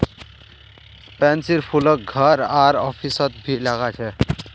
पैन्सीर फूलक घर आर ऑफिसत भी लगा छे